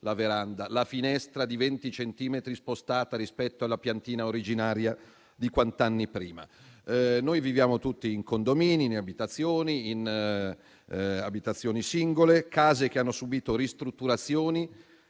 la veranda, la finestra spostata di 20 centimetri rispetto alla piantina originaria di quant'anni prima. Noi viviamo tutti in condomini o in abitazioni singole: case che hanno subito ristrutturazioni